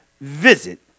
visit